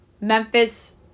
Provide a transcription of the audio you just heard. Memphis